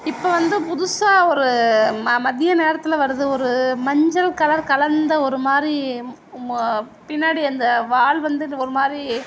இப்போ வந்து புதுஸ்ஸாக ஒரு மதிய நேரத்தில் வரது ஒரு மஞ்சள் கலர் கலந்த ஒரு மாதிரி பின்னாடி அந்த வால் வந்து ஒரு மாதிரி